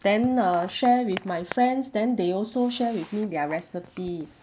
then err share with my friends then they also share with me their recipes